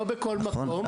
לא בכל מקום.